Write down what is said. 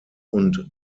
und